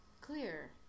clear